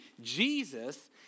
Jesus